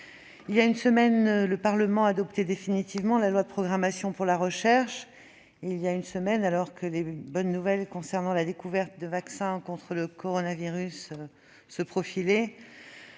il y a une semaine, le Parlement adoptait définitivement la loi de programmation de la recherche. Voilà une semaine, alors que les bonnes nouvelles concernant la découverte de vaccins contre le coronavirus se multipliaient,